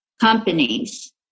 companies